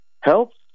helps